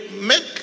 make